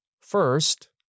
First